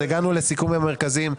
אז הגענו לסיכומים עם המרכזים.